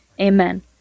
Amen